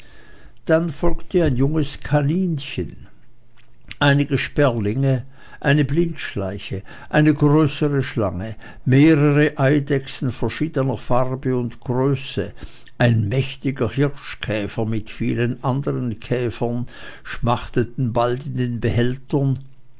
dann folgte ein junges kaninchen einige sperlinge eine blindschleiche eine größere schlange mehrere eidechsen verschiedener farbe und größe ein mächtiger hirschkäfer mit vielen andern käfern schmachteten bald in den behältern